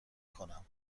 کنم